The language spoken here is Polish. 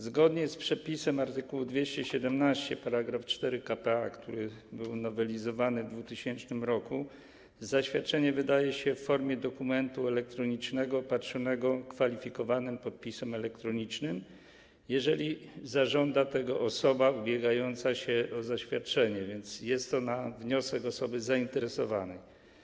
Zgodnie z przepisem art. 217 § 4 k.p.a., który był nowelizowany w 2000 r., zaświadczenie wydaje się w formie dokumentu elektronicznego opatrzonego kwalifikowanym podpisem elektronicznym, jeżeli zażąda tego osoba ubiegająca się o zaświadczenie - więc na wniosek osoby zainteresowanej.